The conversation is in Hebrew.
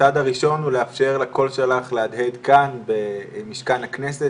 הצעד הראשון הוא לאפשר לקול שלך להדהד כאן במשכן הכנסת,